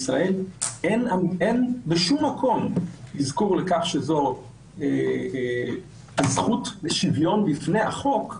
שאין באף אחד מהם אזכור לזכות לשוויון בפני החוק,